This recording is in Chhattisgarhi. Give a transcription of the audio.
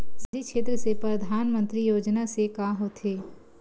सामजिक क्षेत्र से परधानमंतरी योजना से का होथे?